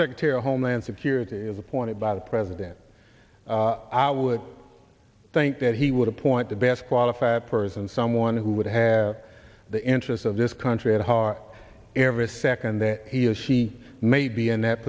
secretary of homeland security is appointed by the president i would think that he would appoint the best qualified person someone who would have the interests of this country at heart every second that he or she may be in that